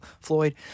Floyd